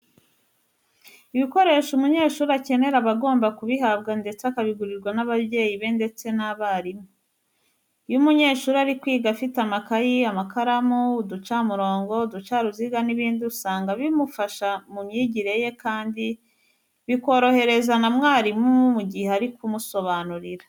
Ibikoresho umunyeshuri akenera aba agomba kubihabwa ndetse akabigurirwa n'ababyeyi be ndetse n'abarimu. Iyo umunyeshuri ari kwiga afite amakayi, amakaramu, uducamurongo, uducaruziga n'ibindi usanga bimufasha mu myigire ye kandi bikorohereza na mwarimu we igihe ari kumusobanurira.